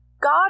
God